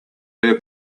her